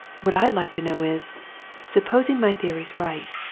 what i'd like to know is supposing my theory's right,